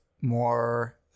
more